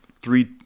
three